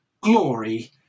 glory